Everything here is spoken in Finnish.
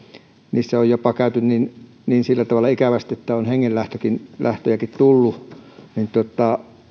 niissä on jopa käynyt sillä tavalla ikävästi että on hengenlähtöjäkin tullut niin